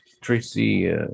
Tracy